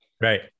Right